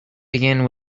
begin